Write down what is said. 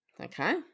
Okay